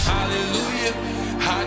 Hallelujah